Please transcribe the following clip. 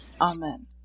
Amen